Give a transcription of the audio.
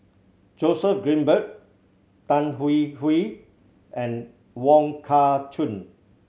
Joseph Grimberg Tan Hwee Hwee and Wong Kah Chun